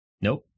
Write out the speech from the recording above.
nope